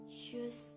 shoes